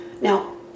Now